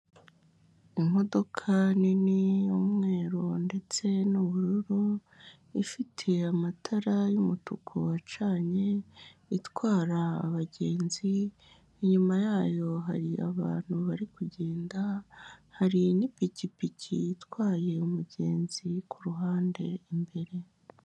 Imodoka nini y'umweru ndetse n'ubururu ifite amatara y'umutuku acanye itwara abagenzi. Inyuma yayo hari abantu bari kugenda hari n'ipikipiki itwaye umugenzi ku ruhande imbere.